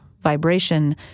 vibration